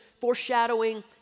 foreshadowing